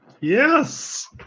Yes